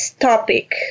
topic